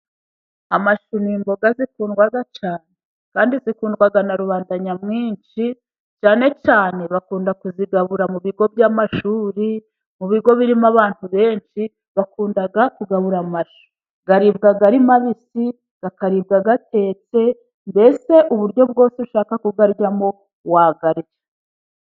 Amashu ni imboga zikundwa cyane, kandi zikundwa na rubanda nyamwinshi, cyane cyane bakunda kuzigabura mu bigo by'amashuri, mu bigo birimo abantu benshi, bakunda kugabura amashu. Aribwa ari mabisi, akaribwa atetse, mbese uburyo bwose ushaka kuyaryamo wayarya.